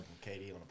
Katie